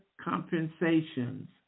compensations